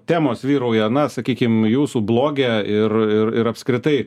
temos vyrauja na sakykim jūsų bloge ir ir ir apskritai